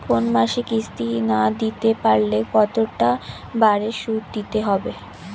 কোন মাসে কিস্তি না দিতে পারলে কতটা বাড়ে সুদ দিতে হবে?